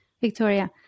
Victoria